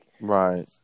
Right